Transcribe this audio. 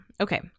Okay